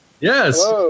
yes